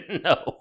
No